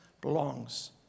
belongs